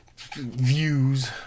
views